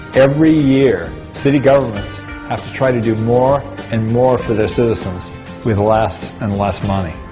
every year city governments try to do more and more for their citizens with less and less money.